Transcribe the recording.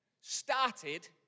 started